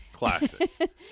Classic